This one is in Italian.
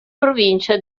provincia